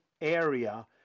area